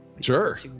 Sure